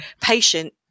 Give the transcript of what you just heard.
patient